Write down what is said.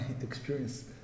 experience